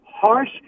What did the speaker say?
harsh